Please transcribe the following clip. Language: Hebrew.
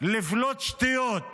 לפלוט שטויות